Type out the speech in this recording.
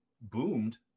boomed